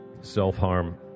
Self-harm